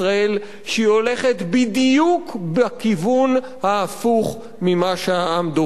שהיא הולכת בדיוק בכיוון ההפוך ממה שהעם דורש.